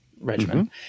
regimen